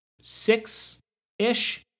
six-ish